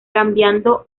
cambiando